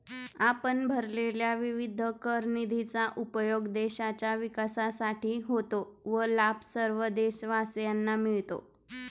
आपण भरलेल्या विविध कर निधीचा उपयोग देशाच्या विकासासाठी होतो व लाभ सर्व देशवासियांना मिळतो